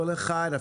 כל אחד,